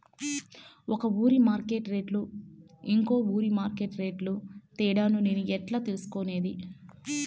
ఒక ఊరి మార్కెట్ రేట్లు ఇంకో ఊరి మార్కెట్ రేట్లు తేడాను నేను ఎట్లా తెలుసుకునేది?